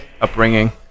upbringing